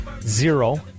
zero